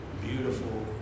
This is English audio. beautiful